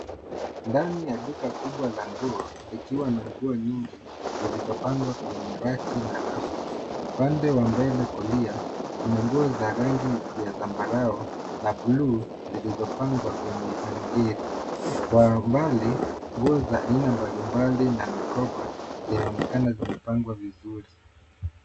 Ndani ya duka kubwa la nguo likiwa na nguo nyingi zilizopangwa kwenye raki na rafu. Upande wa mbele kulia kuna nguo za rangi ya zambarau na bluu zilizopangwa kwenye hangeri . Kwa mbali nguo za aina mbalimbali na mikoba zinaonekana zikipangwa vizuri.